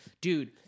dude